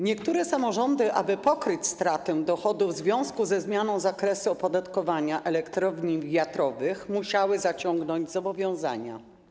Niektóre samorządy, aby pokryć stratę dochodu w związku ze zmianą zakresu opodatkowania elektrowni wiatrowych, musiały zaciągnąć zobowiązania.